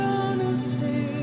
honesty